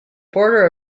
border